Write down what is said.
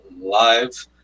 live